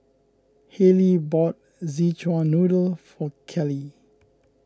Halle bought Szechuan Noodle for Kelley